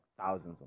thousands